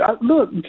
look